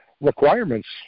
requirements